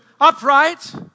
upright